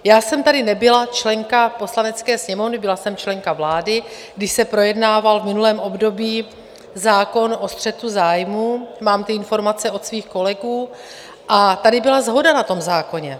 Já jsem tady nebyla členka Poslanecké sněmovny, byla jsem členka vlády, když se projednával v minulém období zákon o střetu zájmů, mám ty informace od svých kolegů a tady byla shoda na tom zákoně.